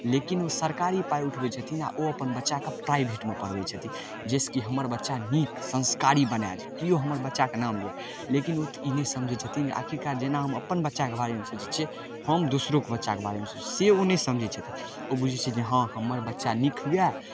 लेकिन ओ सरकारी पाइ उठबै छथिन आओर ओ अपन बच्चाके प्राइवेटमे पढ़बै छथिन जाहिसँ कि हमर बच्चा नीक संस्कारी बनै जे केओ हमर बच्चाके नाम लिए लेकिन ओ तऽ ई नहि समझै छथिन जे आखिरकार जेना हम अपन बच्चाके बारेमे सोचै छिए हम दोसरोके बच्चाके बारेमे सोची से ओ नहि समझै छथिन ओ बुझै छथिन हँ हमर बच्चा नीक हुए